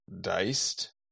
diced